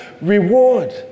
reward